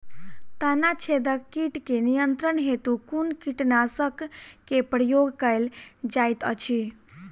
तना छेदक कीट केँ नियंत्रण हेतु कुन कीटनासक केँ प्रयोग कैल जाइत अछि?